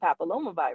papillomavirus